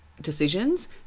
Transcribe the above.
decisions